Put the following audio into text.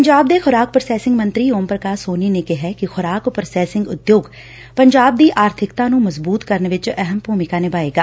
ਪੰਜਾਬ ਦੇ ਖੁਰਾਕ ਪ੍ਰਾਸੈਸਿੰਗ ਮੰਤਰੀ ਓਮ ਪੁਕਾਸ਼ ਸੋਨੀ ਨੇ ਕਿਹੈ ਕਿ ਖੁਰਾਕ ਪ੍ਰਾਸੈਸਿੰਗ ਉਦਯੋਗ ਪੰਜਾਬ ਦੀ ਆਰਬਿਕਤਾ ਨੰ ਮਜ਼ਬੂਤ ਕਰਨ ਵਿੱਚ ਅਹਿਮ ਭੂਮਿਕਾ ਨਿਭਾਏਗਾ